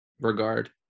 regard